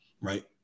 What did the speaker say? right